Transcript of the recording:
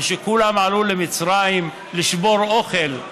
ושכולם עלו למצרים לשבור אוכל,